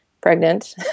pregnant